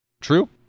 true